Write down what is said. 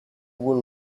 will